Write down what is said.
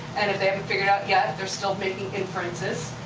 and if they haven't figured out yet, they're still making inferences.